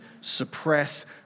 suppress